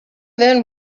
then